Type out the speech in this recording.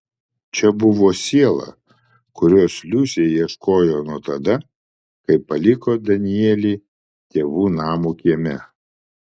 čia buvo siela kurios liusė ieškojo nuo tada kai paliko danielį tėvų namo kieme